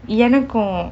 எனக்கும்:enakkum